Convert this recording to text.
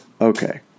okay